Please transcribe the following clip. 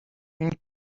une